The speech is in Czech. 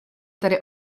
tady